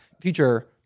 future